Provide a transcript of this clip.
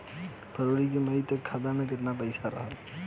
फरवरी से मई तक खाता में केतना पईसा रहल ह?